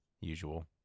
usual